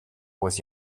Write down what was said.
was